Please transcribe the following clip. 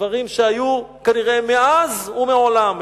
דברים שהיו, כנראה, מאז ומעולם.